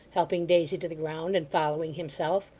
helping daisy to the ground, and following himself.